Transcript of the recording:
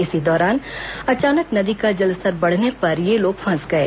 इसी दौरान अचानक नदी का जलस्तर बढ़ने पर ये लोग फंस गए